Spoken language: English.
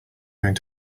going